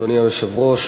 אדוני היושב-ראש,